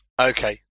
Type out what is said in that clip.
Okay